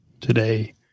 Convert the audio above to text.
today